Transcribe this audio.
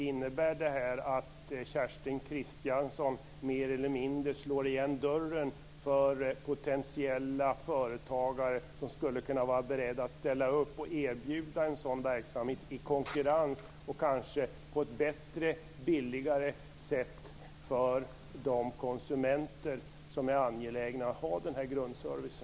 Innebär det här att Kerstin Kristiansson mer eller mindre slår igen dörren för potentiella företagare som skulle kunna vara beredda att ställa upp och erbjuda en sådan verksamhet - i konkurrens och kanske på ett bättre och billigare sätt för de konsumenter som är angelägna att ha grundservice?